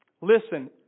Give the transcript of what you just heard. listen